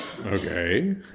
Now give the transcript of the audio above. okay